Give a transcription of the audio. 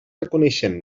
reconeixent